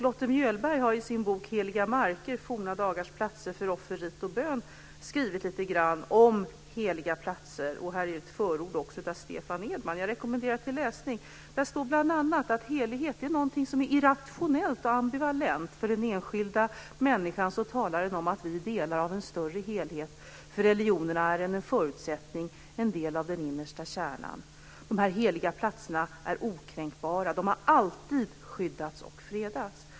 Lotte Mjöberg har i sin bok Heliga marker - forna dagars platser för offer, rit och bön skrivit lite grann om heliga platser. Det finns också ett förord av Stefan Edman. Jag rekommenderar den till läsning. Där står bl.a. att helighet är någonting som är irrationellt och ambivalent. För den enskilda människan talar den om att vi är delar av en större helhet. För religionerna är den en förutsättning, en del av den innersta kärnan. De heliga platserna är okränkbara. De har alltid skyddats och fredats.